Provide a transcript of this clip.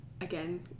Again